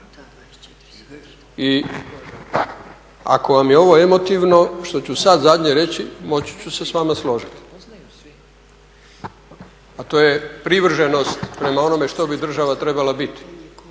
I ako vam je ovo emotivno što ću sad zadnje reći moći ću se s vama složiti. A to je privrženost prema onome što bi država trebala biti.